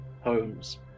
homes